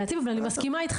אני מסכימה איתך.